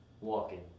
Walking